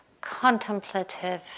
contemplative